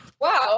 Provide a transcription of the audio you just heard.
wow